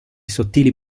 sottili